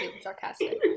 sarcastic